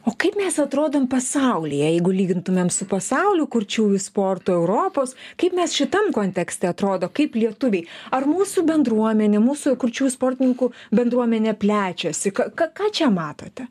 o kaip mes atrodom pasaulyje jeigu lygintumėm su pasaulio kurčiųjų sportu europos kaip mes šitam kontekste atrodo kaip lietuviai ar mūsų bendruomenė mūsų kurčiųjų sportininkų bendruomenė plečiasi ką ką čia matote